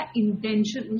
intention